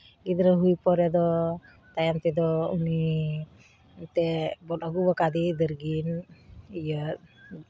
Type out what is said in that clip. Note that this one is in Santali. ᱜᱤᱫᱽᱨᱟᱹ ᱦᱩᱭ ᱯᱚᱨᱮ ᱫᱚ ᱛᱟᱭᱚᱢ ᱛᱮᱫᱚ ᱩᱱᱤ ᱮᱱᱛᱮᱜ ᱵᱚᱱ ᱟᱹᱜᱩ ᱠᱟᱫᱮ ᱫᱟᱨᱜᱤᱱ ᱤᱭᱟᱹ